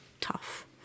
tough